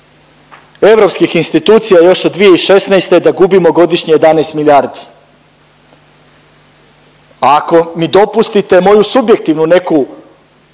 europskih institucija još od 2016. da gubimo godišnje 11 milijardi, a ako mi dopustite moju subjektivnu neku,